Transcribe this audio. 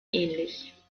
ähnlich